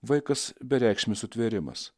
vaikas bereikšmis sutvėrimas